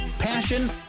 Passion